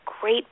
great